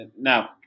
Now